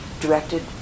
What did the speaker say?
directed